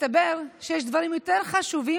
מסתבר שיש דברים יותר חשובים,